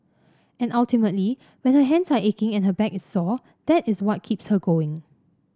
and ultimately when her hands are aching and her back is sore that is what keeps her going